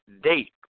date